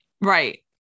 Right